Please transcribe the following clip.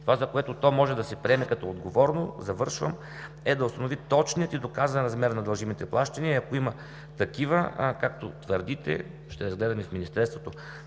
Това, за което то може да се приеме като отговорно, е да установи точния и доказан размер на дължимите плащания и ако има такива, както твърдите, ще разгледаме в министерството